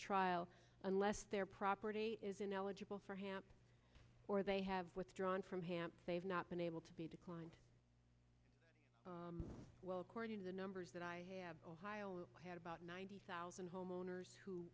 trial unless their property is ineligible for hamp or they have withdrawn from hamp they have not been able to be declined well according to the numbers that i have had about ninety thousand homeowners who